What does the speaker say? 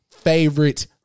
favorite